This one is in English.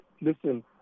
listen